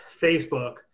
Facebook